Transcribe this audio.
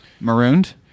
Marooned